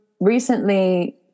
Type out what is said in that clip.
recently